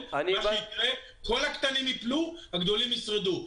כל הקטנים ייפלו והגדולים ישרדו.